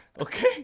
Okay